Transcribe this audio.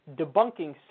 debunking